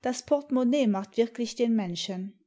das portemonnaie macht wirklich den menschen